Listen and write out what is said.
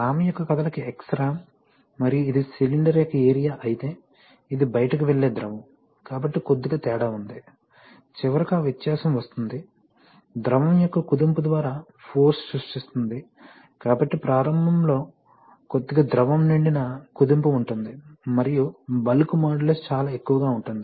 రామ్ యొక్క కదలిక x ram మరియు ఇది సిలిండర్ యొక్క ఏరియా అయితే ఇది బయటకు వెళ్లే ద్రవం కాబట్టి కొద్దిగా తేడా ఉంది చివరకు ఆ వ్యత్యాసం వస్తుంది ద్రవం యొక్క కుదింపు ద్వారా ఫోర్స్ సృష్టిస్తుంది కాబట్టి ప్రారంభంలో కొద్దిగా ద్రవం నిండిన కుదింపు ఉంటుంది మరియు బల్క్ మాడ్యులస్ చాలా ఎక్కువగా ఉంటుంది